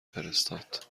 فرستاد